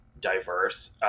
diverse